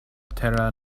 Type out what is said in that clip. tera